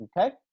Okay